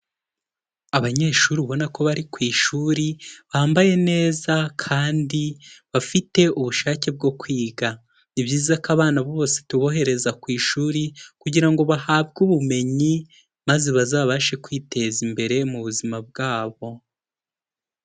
Abanyeshuri ubona ko bari ku ishuri bambaye neza kandi bafite ubushake bwo kwiga. Ni byiza ko abana bose tubohereza ku ishuri kugira ngo bahabwe ubumenyi maze bazabashe kwiteza imbere mu buzima bwabo.